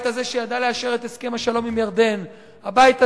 הבית הזה,